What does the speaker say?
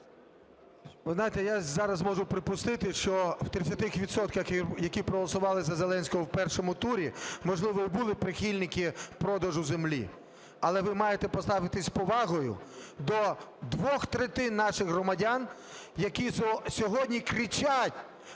Ви знаєте, я зараз можу припустити, що в 30 відсотках, які проголосували за Зеленського в першому турі, можливо, були прихильники продажу землі. Але ви маєте поставитись з повагою до двох третин наших громадян, які сьогодні кричать: